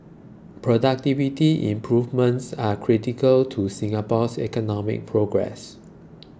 productivity improvements are critical to Singapore's economic progress